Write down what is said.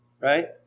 right